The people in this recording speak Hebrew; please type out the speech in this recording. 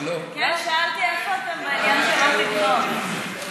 אני שאלתי איפה אתם בעניין של "לא תגנוב".